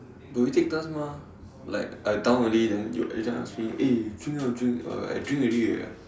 do we take turns mah like I down already then you every time ask me eh drink drink ah uh I drink already